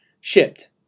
Shipped